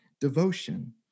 devotion